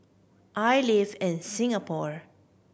I live in Singapore